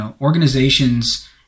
organizations